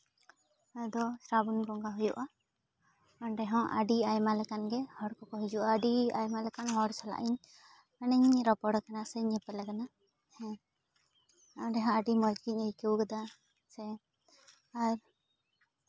ᱱᱚᱣᱟ ᱫᱚ ᱥᱨᱟᱵᱚᱱ ᱵᱚᱸᱜᱟ ᱦᱩᱭᱩᱜᱼᱟ ᱚᱸᱰᱮ ᱦᱚᱸ ᱟᱹᱰᱤ ᱟᱭᱢᱟ ᱞᱮᱠᱟᱱ ᱜᱮ ᱦᱚᱲᱠᱚ ᱦᱤᱡᱩᱜᱼᱟ ᱟᱹᱰᱤ ᱟᱭᱢᱟ ᱞᱮᱠᱟᱱ ᱦᱚᱲ ᱥᱟᱞᱟᱜ ᱤᱧ ᱢᱟᱱᱮᱧ ᱨᱚᱯᱚᱲ ᱠᱟᱱᱟ ᱥᱮᱧ ᱧᱮᱯᱮᱞ ᱠᱟᱱᱟ ᱦᱮᱸ ᱚᱸᱰᱮ ᱦᱚᱸ ᱟᱹᱰᱤ ᱢᱚᱡᱽ ᱜᱤᱧ ᱟᱹᱭᱠᱟᱹᱣ ᱠᱟᱫᱟ ᱥᱮ ᱟᱨ